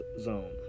zone